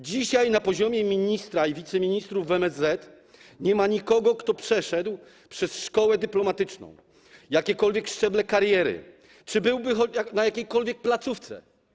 Dzisiaj na poziomie ministra i wiceministrów w MSZ nie ma nikogo, kto przeszedł przez szkołę dyplomatyczną, jakiekolwiek szczeble kariery czy byłby na jakiejkolwiek placówce.